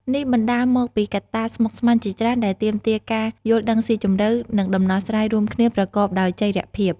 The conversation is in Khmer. នេះបណ្តាលមកពីកត្តាស្មុគស្មាញជាច្រើនដែលទាមទារការយល់ដឹងស៊ីជម្រៅ និងដំណោះស្រាយរួមគ្នាប្រកបដោយចីរភាព។